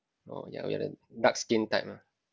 oh yeah we are the dark skin type mah